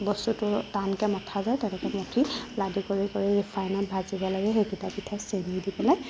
বস্তুটো টানকৈ মঠা যায় তেনেকৈ মঠি লাডু কৰি কৰি ৰিফাইনত ভাজিব লাগে সেইকেইটা পিঠা চেনি দি পেলাই